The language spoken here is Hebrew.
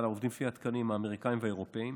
לעובדים הם לפי התקנים האמריקניים והאירופיים.